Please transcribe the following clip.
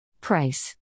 Price